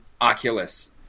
Oculus